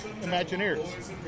Imagineers